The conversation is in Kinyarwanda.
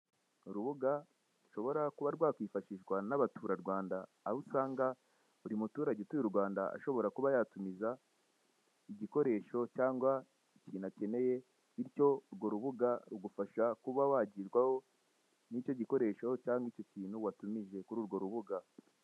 Urubuga rushobora kuba rwakwifashishwa n'abaturarwanda aho usanga buri muturage utuye u Rwanda ashobora kuba yatumiza igikoresho cyangwa ikintu akeneye bityo urwo rubuga rugufasha kuba wagerwaho n'icyo gikoresho cyangwa icyo kintu watumije kuri urwo rubuga.